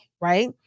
right